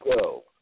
go